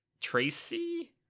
tracy